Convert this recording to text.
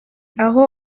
aho